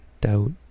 doubt